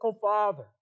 Father